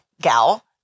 gal